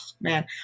man